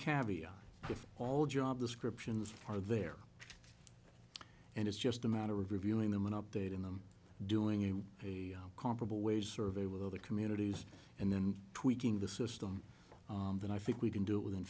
caviar if all job descriptions are there and it's just a matter of reviewing them and updating them doing in a comparable ways survey with other communities and then tweaking the system then i think we can do it within